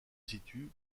situe